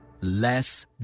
Less